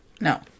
No